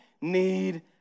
need